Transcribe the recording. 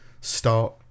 start